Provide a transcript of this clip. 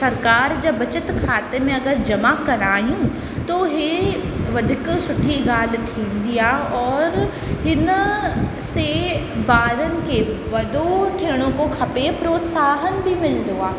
सरकारि जा बचति खाते में अगरि जमा करायूं था इहे वधीक सुठी ॻाल्हि थींदी आहे और हिन सां ॿारनि खे वॾो थियणो खां खपे प्रोत्साहन बि मिलंदो आहे